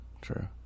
true